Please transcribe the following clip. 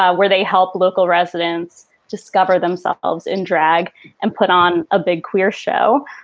ah where they help local residents discover themselves in drag and put on a big queer show.